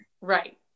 Right